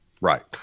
Right